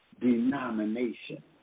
denomination